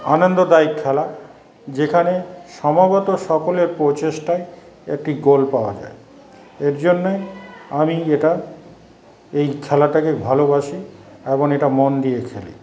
আনন্দদায়ক খেলা যেখানে সমাগত সকলের প্রচেষ্টায় একটি গোল পাওয়া যায় এর জন্যে আমি এটা এই খেলাটাকে ভালোবাসি এবং এটা মন দিয়ে খেলি